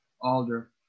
alder